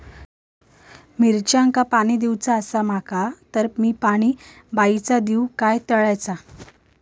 मिरचांका पाणी दिवचा आसा माका तर मी पाणी बायचा दिव काय तळ्याचा?